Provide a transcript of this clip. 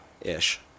ish